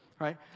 right